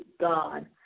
God